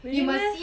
really meh